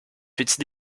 petit